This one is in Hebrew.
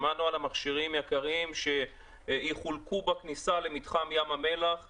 שמענו על המכשירים היקרים שיחולקו בכניסה למתחם ים המלח ואילת,